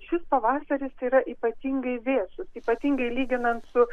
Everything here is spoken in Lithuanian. šis pavasaris yra ypatingai vėsus ypatingai lyginant su